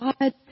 God